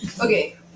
Okay